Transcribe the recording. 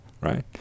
right